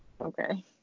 Okay